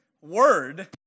word